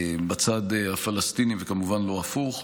בצד הפלסטיני וכמובן לא הפוך.